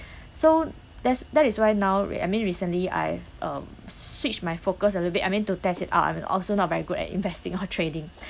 so there's that is why now re~ I mean recently I've um switched my focus a little bit I mean to test it out I mean also not very good at investing or trading